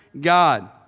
God